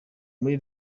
muri